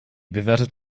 bewertet